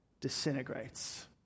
disintegrates